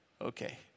Okay